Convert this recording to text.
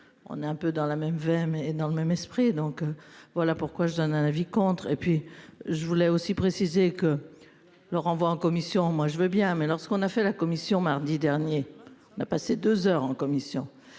On est un peu dans la même veine et dans le même esprit. Donc voilà pourquoi je donne un avis contre et puis je voulais aussi préciser que. Le renvoi en commission. Moi je veux bien, mais lorsqu'on a fait la commission mardi dernier, on a passé 2h en commission.